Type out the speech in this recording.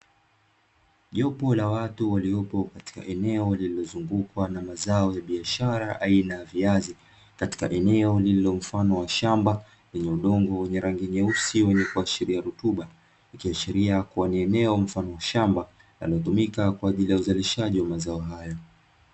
Jopo la watu waliopo katika eneo lililozungukwa na mazao ya biashara aina ya viazi, katika eneo liliomfano wa shamba lenye udongo wenye rangi nyeusi wenye kuashiria rutuba, ikiashiria kuwa ni eneo mfano wa shamba linalotumika kwa ajili ya uzalishaji wa mazao hayo.